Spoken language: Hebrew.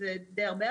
שזה די הרבה.